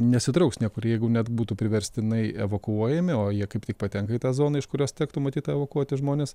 nesitrauks niekur jeigu net būtų priverstinai evakuojami o jie kaip tik patenka į tą zoną iš kurios tektų matyt evakuoti žmones